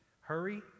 hurry